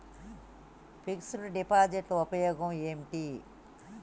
Fix డ్ deposit ఉపయోగం ఏంటి?